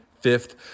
fifth